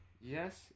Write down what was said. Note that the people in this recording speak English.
yes